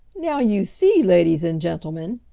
now you see ladies and gentlemen,